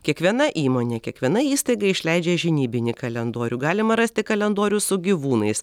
kiekviena įmonė kiekviena įstaiga išleidžia žinybinį kalendorių galima rasti kalendorių su gyvūnais